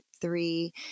three